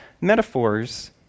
metaphors